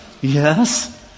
Yes